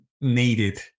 needed